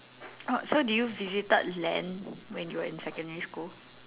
oh so do you visited Len when you were in secondary school